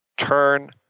Turn